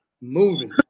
moving